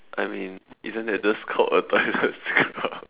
I mean isn't that just called a toilet scrub